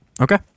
Okay